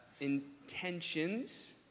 intentions